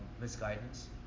misguidance